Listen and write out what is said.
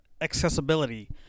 accessibility